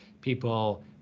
people